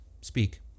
Speak